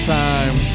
time